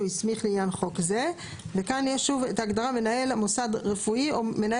הסמיך לעניין חוק זה; "מנהל מוסד רפואי" מנהל